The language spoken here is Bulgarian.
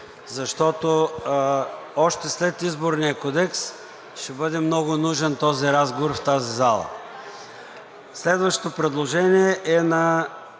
защото още след Изборния кодекс ще бъде много нужен този разговор в тази зала. Следващото предложение е на